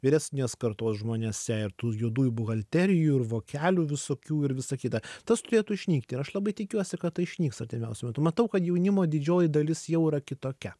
vyresnės kartos žmonėse ir tų juodųjų buhalterijų ir vokelių visokių ir visa kita tas turėtų išnykti ir aš labai tikiuosi kad tai išnyks artimiausiu metu matau kad jaunimo didžioji dalis jau yra kitokia